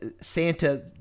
Santa